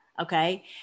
Okay